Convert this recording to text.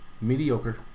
Mediocre